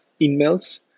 emails